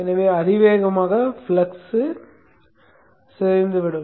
எனவே அதிவேகமாக ஃப்ளக்ஸ் சிதைந்துவிடும்